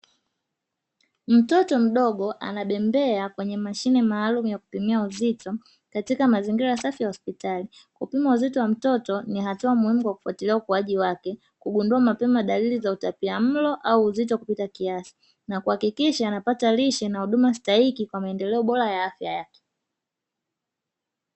Mtoto mdogo anabembea kwenye mashine maalumu ya kupimia uzito katika mazingira safi ya hospitali, kupima uzito wa mtoto ni hatua muhimu kwa kufatilia ukuaji wake kugundua mapema dalili za utapiamlo au uzito kupita kiasi, na kuhakikisha anapata lishe na huduma sitahiki kwa maendeleo bora ya afya yake.